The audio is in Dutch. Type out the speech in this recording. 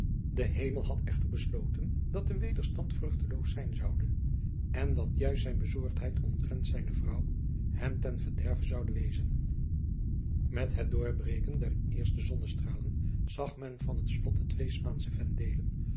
de hemel had echter besloten dat de wederstand vruchteloos zijn zoude en dat juist zijne bezorgdheid omtrent zijne vrouw hem ten verderve zoude wezen met het doorbreken der eerste zonnestralen zag jacob van lennep de pleegzoon men van het slot de twee spaansche vendelen